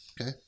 Okay